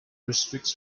restricts